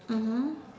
mmhmm